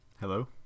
Hello